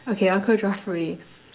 okay uncle Geoffrey